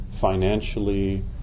financially